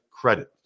credit